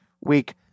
week